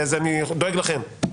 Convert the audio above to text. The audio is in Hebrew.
אני דואג לכם.